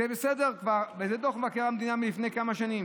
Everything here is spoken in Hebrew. זה בסדר כבר, וזה דוח מבקר המדינה מלפני כמה שנים.